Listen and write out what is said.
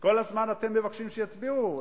כל הזמן מבקשים שיצביעו לכם.